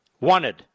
wanted